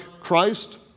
Christ